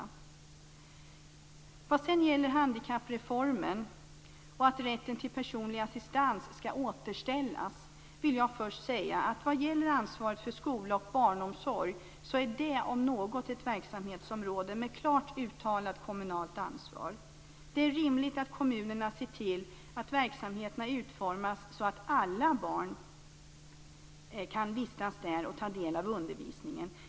När det sedan gäller handikappreformen och att rätten till personlig assistans skall återställas, vill jag först säga att skola och barnomsorg om något är ett verksamhetsområde med klart uttalat kommunalt ansvar. Det är rimligt att kommunerna ser till att verksamheterna utformas så att alla barn kan vistas där och ta del av undervisningen.